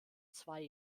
zwei